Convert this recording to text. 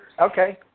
Okay